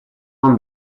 won